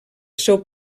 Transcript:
seu